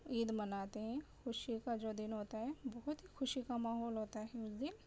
عید مناتے ہیں خوشی کا جو دن ہوتا ہے بہت خوشی کا ماحول ہوتا ہے اس دن